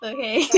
Okay